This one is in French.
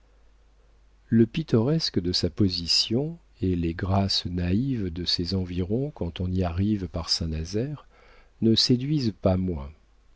le pittoresque de sa position et les grâces naïves de ses environs quand on y arrive par saint-nazaire ne séduisent pas moins